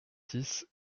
dix